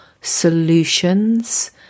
solutions